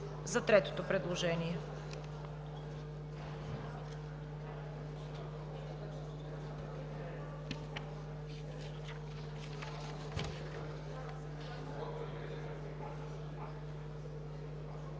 за третото предложение,